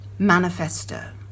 Manifesto